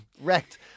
wrecked